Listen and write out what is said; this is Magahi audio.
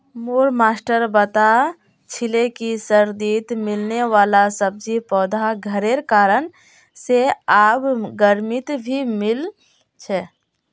मोर मास्टर बता छीले कि सर्दित मिलने वाला सब्जि पौधा घरेर कारण से आब गर्मित भी मिल छे